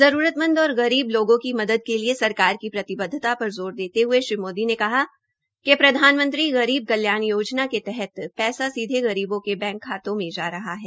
जरूरत मंद और गरीब लोगों की मदद के लिए सरकार की प्रतिबद्वता पर ज़ोर देते हये श्री मोदी ने कहा कि प्रधानमंत्री गरीब कल्याण योजन के तहत पैसा सीधे गरीबों के बैंक खातों में जा रहा है